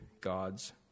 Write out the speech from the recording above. God's